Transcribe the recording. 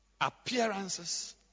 Appearances